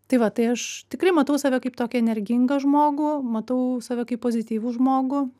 tai va tai aš tikrai matau save kaip tokį energingą žmogų matau save kaip pozityvų žmogų